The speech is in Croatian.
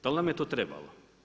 Dal nam je to trebalo?